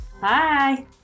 Hi